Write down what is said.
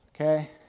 okay